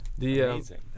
amazing